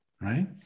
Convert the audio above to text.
right